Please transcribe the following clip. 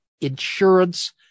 insurance